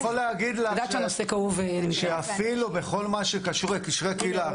אני יכול להגיד לך שאפילו בכל מה שקשור לקשרי קהילה,